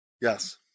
yes